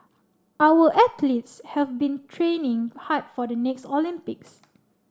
our athletes have been training hard for the next Olympics